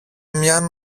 μιαν